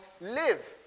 live